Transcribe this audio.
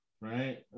Right